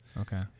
Okay